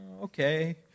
okay